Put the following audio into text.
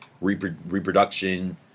reproduction